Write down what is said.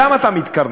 למה אתה מתקרנף?